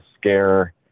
scare